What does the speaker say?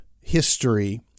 history